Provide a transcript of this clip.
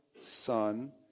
Son